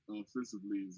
offensively